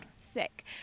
sick